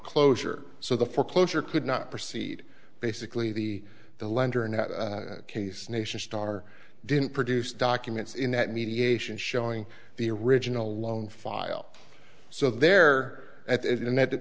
closure so the foreclosure could not proceed basically the the lender and the case nation star didn't produce documents in that mediation showing the original loan file so there and that